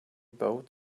both